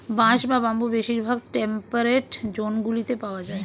বাঁশ বা বাম্বু বেশিরভাগ টেম্পারেট জোনগুলিতে পাওয়া যায়